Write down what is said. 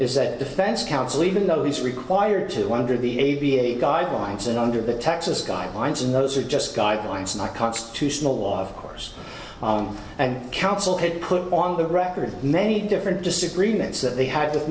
is that defense counsel even though he's required to wonder the a b a guidelines and under the texas guidelines and those are just guidelines not constitutional law of course and counsel had put on the record many different disagreements that they had th